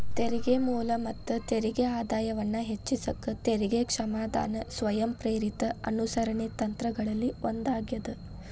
ತೆರಿಗೆ ಮೂಲ ಮತ್ತ ತೆರಿಗೆ ಆದಾಯವನ್ನ ಹೆಚ್ಚಿಸಕ ತೆರಿಗೆ ಕ್ಷಮಾದಾನ ಸ್ವಯಂಪ್ರೇರಿತ ಅನುಸರಣೆ ತಂತ್ರಗಳಲ್ಲಿ ಒಂದಾಗ್ಯದ